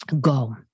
go